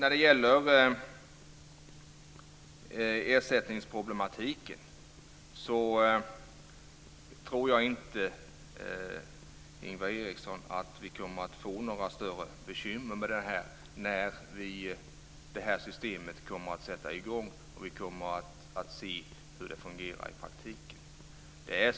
Jag tror inte att vi kommer att få några större bekymmer med ersättningarna när det här systemet kommer i gång och vi får se hur det fungerar i praktiken.